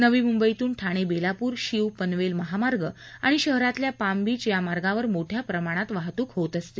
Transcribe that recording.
नवी मुंबईतून ठाणे बेलापूर शीव पनवेल महामार्ग आणि शहरातल्या पाम बीच या मार्गावर मोठ्या प्रमाणात वाहतूक होत असते